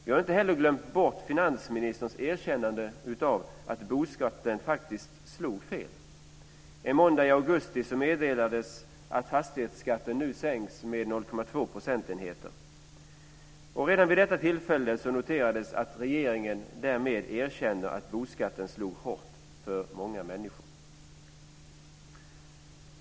Vi har inte glömt bort finansministerns erkännande av att boskatten faktiskt slog fel. En måndag i augusti meddelades att fastighetsskatten nu sänks med 0,2 procentenheter. Redan vid detta tillfälle noterades att regeringen därmed erkänner att boskatten slog hårt för många människor.